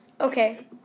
Okay